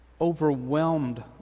overwhelmed